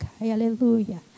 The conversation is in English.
hallelujah